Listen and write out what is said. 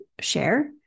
share